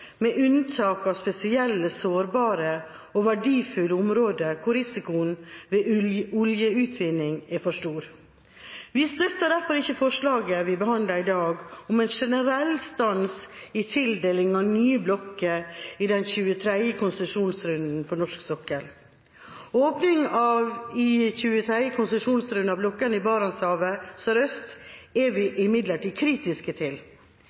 med unntak av spesielt sårbare og verdifulle områder hvor risikoen ved oljeutvinning er for stor. Vi støtter derfor ikke forslaget vi behandler i dag om en generell stans i tildelingen av nye blokker i den 23. konsesjonsrunden på norsk sokkel. Åpningen i 23. konsesjonsrunde av blokkene i Barentshavet sørøst er vi imidlertid kritiske til.